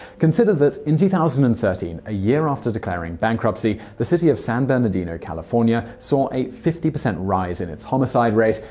consider that in two thousand and thirteen, a year after declaring bankruptcy, the city of san bernardino, california saw a fifty percent rise in its homicide rate,